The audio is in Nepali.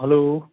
हेलो